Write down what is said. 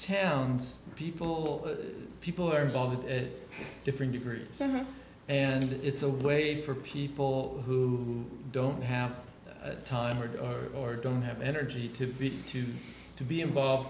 towns people people who are involved in different degrees and it's a way for people who don't have time or or don't have energy to to to be involved